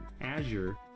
Azure